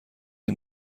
این